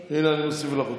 הינה, אני מוסיף לך אותן.